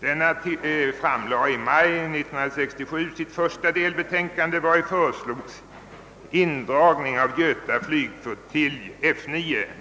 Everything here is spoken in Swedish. Denna framlade i maj 1967 sitt första delbetänkande vari föreslogs indragning av Göta flygflottilj, F9.